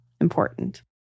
important